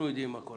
יודעים מה קורה